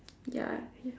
ya